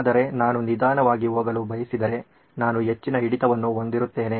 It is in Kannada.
ಆದರೆ ನಾನು ನಿಧಾನವಾಗಿ ಹೋಗಲು ಬಯಸಿದರೆ ನಾನು ಹೆಚ್ಚಿನ ಹಿಡಿತವನ್ನು ಹೊಂದಿರುತ್ತೇನೆ